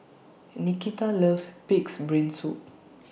Nikita loves Pig'S Brain Soup